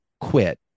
quit